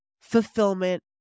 fulfillment